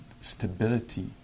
stability